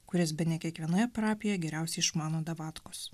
kurias bene kiekvienoje parapijoje geriausiai išmano davatkos